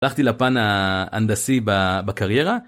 הלכתי לפן ההנדסי בקריירה,